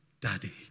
Daddy